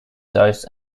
dose